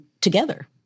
together